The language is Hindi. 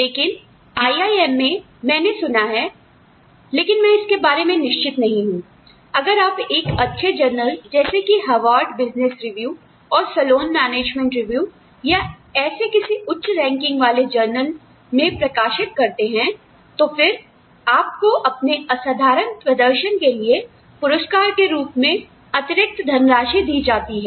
लेकिन IIM में मैंने सुना है लेकिन मैं इस बात में निश्चित नहीं हूंअगर आप एक अच्छे जर्नल जैसे कि हावर्ड बिजनेस रिव्यू और सलोन मैनेजमेंट रिव्यू या ऐसे किसी उच्च रैंकिंग वाले जर्नल में प्रकाशित करते हैं तो फिर आपको अपने असाधारण प्रदर्शन के लिए पुरस्कार के रूप में अतिरिक्त धनराशि दी जाती है